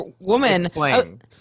woman